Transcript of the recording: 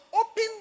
open